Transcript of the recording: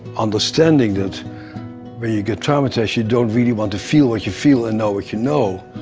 understanding that when you get traumatized you don't really want to feel what you feel and know what you know.